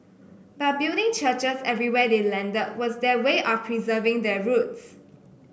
but building churches everywhere they landed was their way of preserving their roots